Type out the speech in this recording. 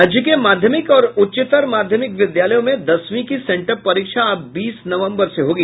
राज्य के माध्यमिक और उच्चतर माध्यमिक विद्यालयों में दसवीं की सेंटअप परीक्षा अब बीस नवंबर से होगी